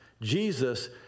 Jesus